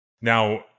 now